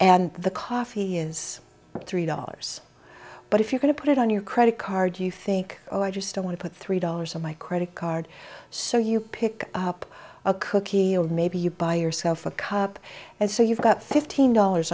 and the coffee is three dollars but if you're going to put it on your credit card you think oh i just i want to put three dollars on my credit card so you pick up a cookie or maybe you buy yourself a cup and so you've got fifteen dollars